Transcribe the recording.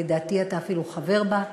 לדעתי אתה אפילו חבר בה,